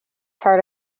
part